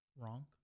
wrong